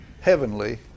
heavenly